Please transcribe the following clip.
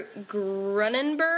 Grunenberg